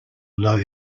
low